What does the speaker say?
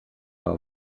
our